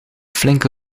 flinke